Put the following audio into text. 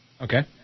Okay